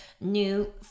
new